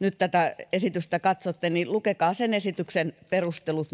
nyt tätä esitystä katsotte lukekaa myös sen esityksen perustelut